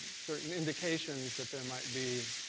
certain indications that there might be